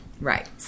Right